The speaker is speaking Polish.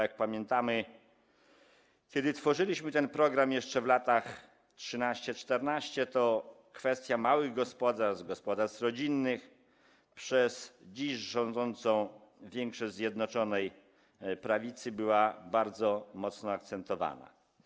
Jak pamiętamy, kiedy tworzyliśmy ten program jeszcze w latach 2013 i 2014, kwestia małych gospodarstw, gospodarstw rodzinnych, przez dziś rządzącą większość Zjednoczonej Prawicy była bardzo mocno akcentowana.